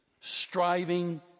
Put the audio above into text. striving